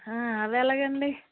అవి ఎలాగ అండి